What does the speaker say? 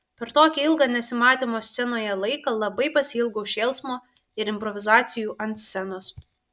per tokį ilgą nesimatymo scenoje laiką labai pasiilgau šėlsmo ir improvizacijų ant scenos